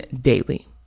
daily